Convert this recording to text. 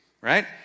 right